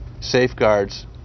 safeguards